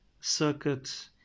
circuit